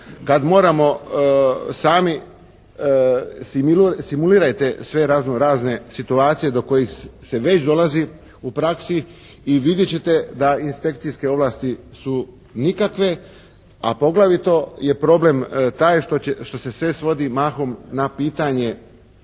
kad moramo sami simulirajte sve razno razne situacije do kojih se već dolazi u praksi i vidjet ćete da inspekcijske ovlasti su nikakve a poglavito je problem taj što se sve svodi mahom na pitanje